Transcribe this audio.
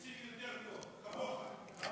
רוצים יותר טוב, כמו לך.